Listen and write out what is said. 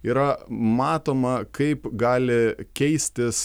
yra matoma kaip gali keistis